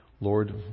Lord